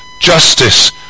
justice